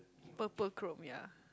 purple chrome ya